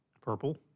Purple